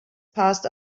passed